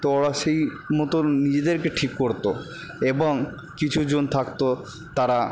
তো ওরা সেই মতো নিজেদেরকে ঠিক করতো এবং কিছু জন থাকতো তারা